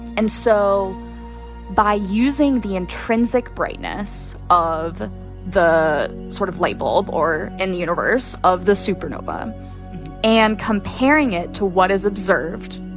and so by using the intrinsic brightness of the sort of lightbulb or, in the universe, of the supernova and comparing it to what is observed,